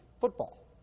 football